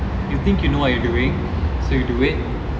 you think you know what you're doing so you do it